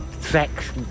sex